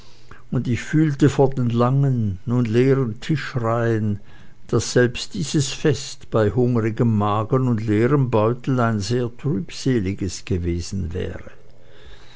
und ich fühlte vor den langen nun leeren tischreihen daß selbst dieses fest bei hungrigem magen und leerem beutel ein sehr trübseliges gewesen wäre